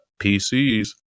PCs